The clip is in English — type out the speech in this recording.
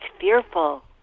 fearful